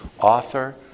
author